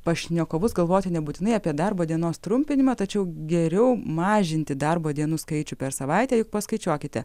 pašnekovus galvoti nebūtinai apie darbo dienos trumpinimą tačiau geriau mažinti darbo dienų skaičių per savaitę juk paskaičiuokite